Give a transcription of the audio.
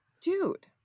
dude